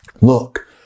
Look